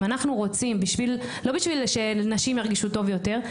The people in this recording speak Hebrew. אם אנחנו רוצים בשביל - לא בשביל שאנשים ירגישו טוב יותר,